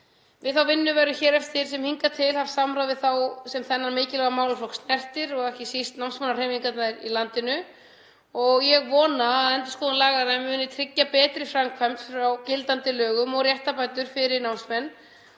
Við þá vinnu verður hér eftir sem hingað til haft samráð við þá sem þessi mikilvægi málaflokk snertir og ekki síst námsmannahreyfingarnar í landinu. Ég vona að endurskoðun laganna um muni tryggja betri framkvæmd á gildandi lögum og réttarbætur fyrir námsmenn